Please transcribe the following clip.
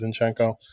Zinchenko